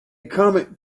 comet